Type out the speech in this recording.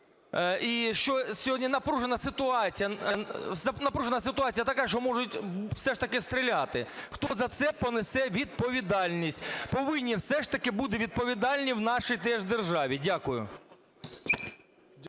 що сьогодні напряжена ситуація така, що можуть все ж таки стріляти. Хто за це понесе відповідальність? Повинні все ж таки бути відповідальні в нашій теж державі. Дякую.